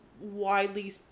widely